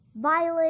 Violet